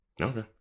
okay